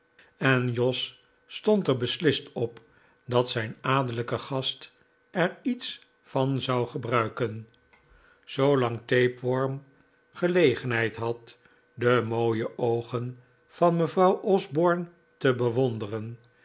en jos stond er beslist op dat zijn adellijke gast er iets van zou gebruiken zoolang tapeworm gelegenheid had de mooie oogen van mevrouw osborne te bewonderen